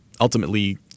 ultimately